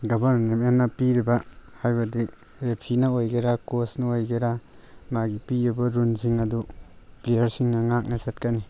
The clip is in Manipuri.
ꯒꯚꯔꯟꯃꯦꯟꯅ ꯄꯤꯔꯤꯕ ꯍꯥꯏꯕꯗꯤ ꯔꯦꯐꯤꯅ ꯑꯣꯏꯒꯦꯔꯥ ꯀꯣꯆꯅ ꯑꯣꯏꯒꯦꯔꯥ ꯃꯥꯒꯤ ꯄꯤꯔꯤꯕ ꯔꯨꯜꯁꯤꯡ ꯑꯗꯨ ꯄ꯭ꯂꯦꯌꯔꯁꯤꯡꯅ ꯉꯥꯛꯅ ꯆꯠꯀꯅꯤ